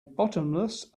bottomless